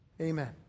amen